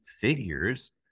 figures